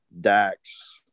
dax